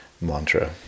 mantra